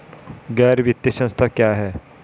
गैर वित्तीय संस्था क्या है?